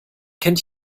kennt